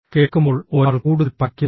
കേൾക്കുമ്പോൾ ഒരാൾ കൂടുതൽ പഠിക്കുന്നു